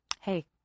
hey